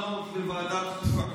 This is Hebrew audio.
השולחנות בוועדת חוקה?